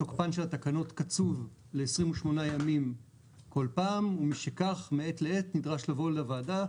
תוקפן של התקנות קצוב ל-28 ימים כל פעם ומשכך מעת לעת נדרש לבוא לוועדה.